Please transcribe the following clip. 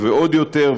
עוד יותר,